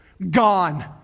Gone